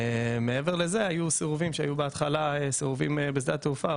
מעבר לזה היו סירובים שהיו בהתחלה בשדה התעופה,